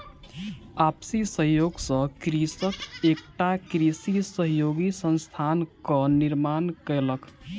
आपसी सहयोग सॅ कृषक एकटा कृषि सहयोगी संस्थानक निर्माण कयलक